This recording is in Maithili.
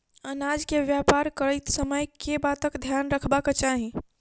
अनाज केँ व्यापार करैत समय केँ बातक ध्यान रखबाक चाहि?